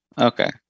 Okay